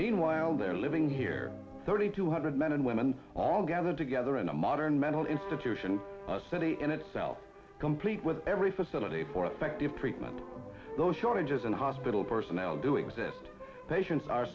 meanwhile they're living here thirty two hundred men and women all gathered together in a modern in mental institution city in itself complete with every facility for effective treatment those shortages and hospital personnel do exist patients are